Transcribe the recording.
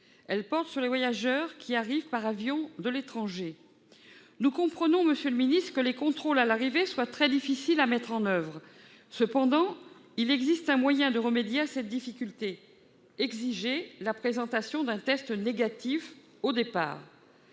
Elle porte sur les voyageurs arrivant par avion de l'étranger. Nous comprenons, monsieur le ministre, que les contrôles à l'arrivée soient très difficiles à mettre en oeuvre. Cependant, il existe un moyen de remédier à cette difficulté : il faut exiger la présentation d'un test négatif au départ.